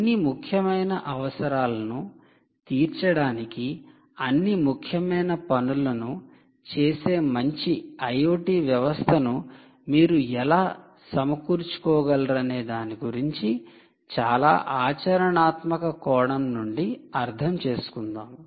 అన్ని ముఖ్యమైన అవసరాలను తీర్చడానికి అన్ని ముఖ్యమైన పనులను చేసే మంచి ఐయోటి వ్యవస్థను మీరు ఎలా సమకూర్చుకోగలరనే దాని గురించి చాలా ఆచరణాత్మక కోణం నుండి అర్థం చేసుకుందాం